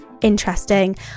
interesting